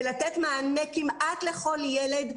ולתת מענה כמעט לכל ילד,